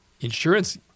insurance